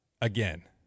again